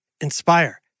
Inspire